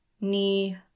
knee